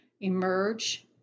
emerge